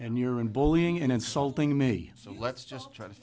and your and bullying and insulting me so let's just try to